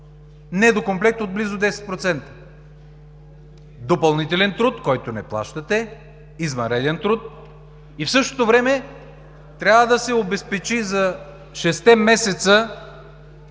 Недокомплект от близо 10% допълнителен труд, който не плащате, извънреден труд и в същото време трябва да се обезпечи за шестте